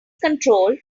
control